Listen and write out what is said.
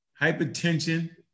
hypertension